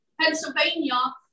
Pennsylvania